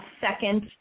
second